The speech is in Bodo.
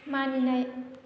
मानिनाय